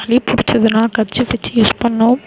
சளி பிடிச்சதுனா கர்ச்சீஃப் வச்சு யூஸ் பண்ணணும்